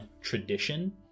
tradition